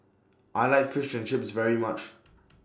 I like Fish and Chips very much